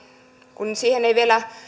kun siihen ei vielä